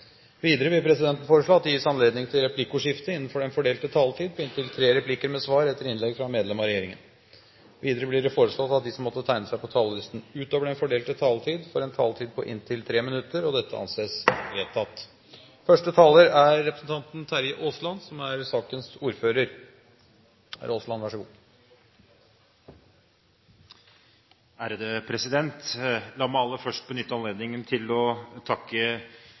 Videre vil presidenten foreslå at det gis anledning til replikkordskifte på inntil tre replikker med svar etter innlegg fra medlem av regjeringen innenfor den fordelte taletid. Videre blir det foreslått at de som måtte tegne seg på talerlisten utover den fordelte taletid, får en taletid på inntil 3 minutter. – Det anses vedtatt. La meg aller først benytte anledningen til å takke